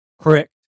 Correct